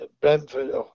Brentford